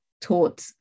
taught